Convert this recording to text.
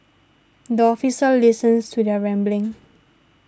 the officer listens to their rambling